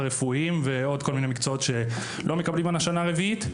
רפואיים ועוד כל מיני מקצועות שלא מקבלים על השנה הרביעית.